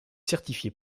certifié